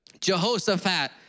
Jehoshaphat